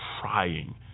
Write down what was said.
crying